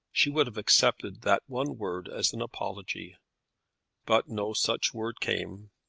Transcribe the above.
she would have accepted that one word as an apology but no such word came.